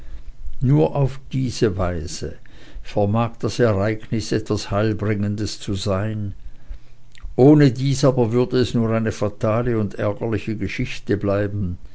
nur auf diese weise vermag das ereignis etwas heilbringendes zu sein ohne dies aber würde es nur eine fatale und ärgerliche geschichte bleiben